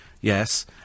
yes